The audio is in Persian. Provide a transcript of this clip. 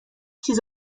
چیز